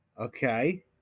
Okay